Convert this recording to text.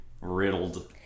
riddled